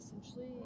essentially